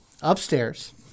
upstairs